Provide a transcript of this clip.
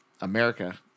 America